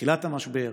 בתחילת המשבר?